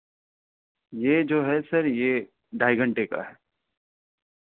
یہ جو ہے سر یہ ڈھائی گھنٹے کا ہے